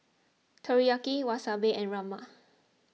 Teriyaki Wasabi and Rajma